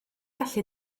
gallu